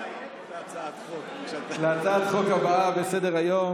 לעבור להצעת החוק הבאה בסדר-היום,